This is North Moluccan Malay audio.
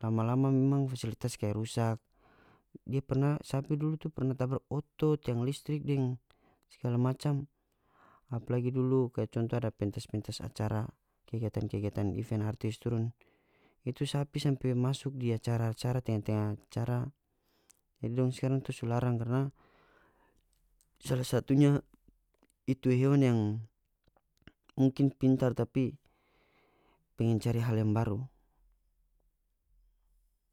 lama-lama memang fasilitas kaya rusak dia perna sapi dulu tu perna tabrak oto tiang listrik deng segala macam apalagi dulu kaya conto ada pentas-pentas acara kegiatan-kegiatan event turun itu sapi sampe masuk di acara-acara tenga-tenga acara jadi dong skarang tu so larang karna sala satunya itu hewan yang mungkin pintar tapi pengin cari hal yang baru